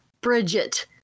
Bridget